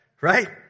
Right